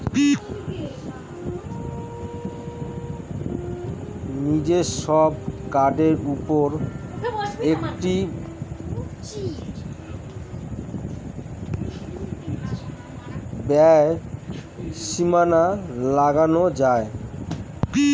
নিজস্ব কার্ডের উপর একটি ব্যয়ের সীমা লাগানো যায়